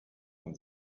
von